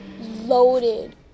loaded